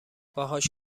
باهاش